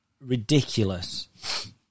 ridiculous